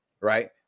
right